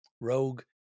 Rogue